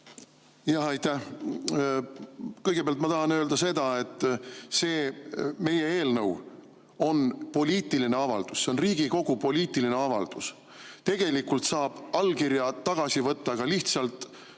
Aitäh! Kõigepealt ma tahan öelda seda, et meie eelnõu on poliitiline avaldus, see on Riigikogu poliitiline avaldus. Tegelikult saab allkirjad tagasi võtta lihtsalt